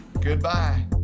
Goodbye